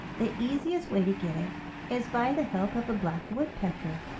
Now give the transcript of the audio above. the easiest way to get it is by the help of a black woodpecker.